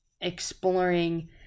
exploring